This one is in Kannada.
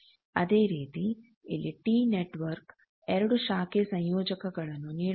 ಅದೇ ರೀತಿ ಇಲ್ಲಿ ಟಿ ನೆಟ್ವರ್ಕ್ 2 ಶಾಖೆ ಸಂಯೋಜಕಗಳನ್ನು ನೀಡುತ್ತದೆ